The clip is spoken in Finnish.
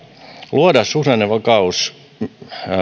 luoda suhdannevakausrahaa